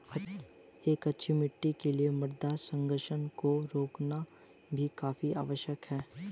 अच्छी मिट्टी के लिए मृदा संघनन को रोकना भी काफी आवश्यक है